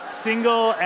Single